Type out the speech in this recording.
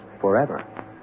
forever